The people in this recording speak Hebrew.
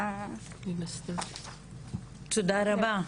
תודה רבה,